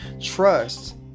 Trust